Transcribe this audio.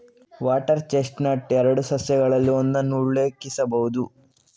water chestnut ಎರಡು ಸಸ್ಯಗಳಲ್ಲಿ ಒಂದನ್ನು ಉಲ್ಲೇಖಿಸಬಹುದು